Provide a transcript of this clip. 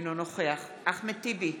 אינו נוכח אחמד טיבי,